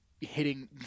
hitting